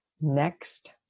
next